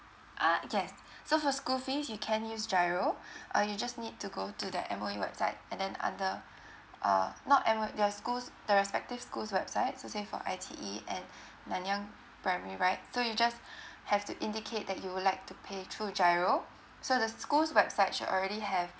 ah yes so for school fees you can use giro uh you just need to go to the M_O_E website and then under uh not M_O their schools the respective schools website so say for I_T_E and nanyang primary right so you just have to indicate that you would like to pay through giro so the schools website should already have